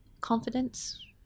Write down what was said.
Confidence